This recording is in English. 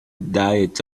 diet